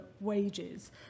wages